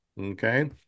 okay